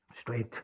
straight